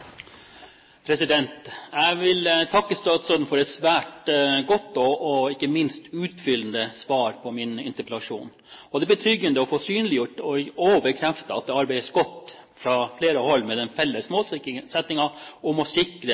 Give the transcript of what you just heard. ikke minst utfyllende svar på min interpellasjon. Det er betryggende å få synliggjort og få bekreftet at det arbeides godt fra flere hold med den felles målsettingen å sikre våre framtidige forbrukerrettigheter på en best mulig måte. Det er også greit å